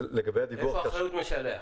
איפה אחריות משלח?